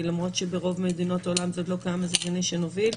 למרות שברוב מדינות העולם זה עוד לא קיים אז הגיוני שנוביל.